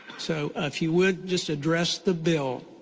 so if you would, just address the bill.